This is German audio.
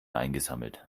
eingesammelt